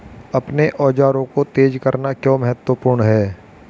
अपने औजारों को तेज करना क्यों महत्वपूर्ण है?